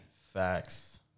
Facts